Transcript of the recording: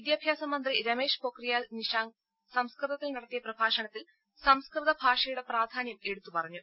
വിദ്യാഭ്യാസ മന്ത്രി രമേഷ് പൊഖ്രിയാൽ നിഷാങ്ക് സംസ്കൃതത്തിൽ നടത്തിയ പ്രഭാഷണത്തിൽ സംസ്കൃത ഭാഷയുടെ പ്രാധാന്യം എടുത്ത് പറഞ്ഞു